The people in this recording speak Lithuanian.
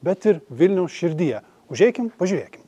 bet ir vilniaus širdyje užeikim pažiūrėkim